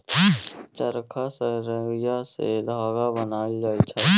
चरखा सँ रुइया सँ धागा बनाएल जाइ छै